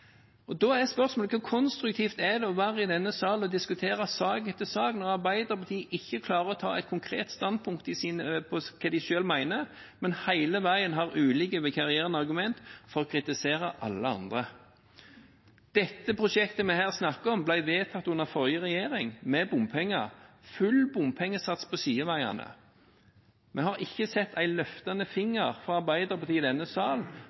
Da er spørsmålet: Hvor konstruktivt er det å være i denne sal og diskutere sak etter sak, når Arbeiderpartiet ikke klarer å ta et konkret standpunkt når det gjelder hva de selv mener, men hele veien har ulike vikarierende argumenter for å kritisere alle andre? Det prosjektet vi her snakker om, ble vedtatt under forrige regjering – med full bompengesats på sideveiene. Vi har ikke sett at Arbeiderpartiet i denne